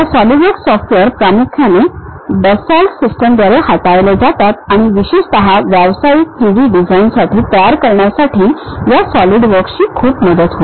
SolidWorks software प्रामुख्याने Dassault सिस्टम्सद्वारे हाताळले जाते आणि विशेषत व्यावसायिक 3D डिझाइनसाठी तयार करण्यासाठी या सॉलिडवर्क्सची खूप मदत होते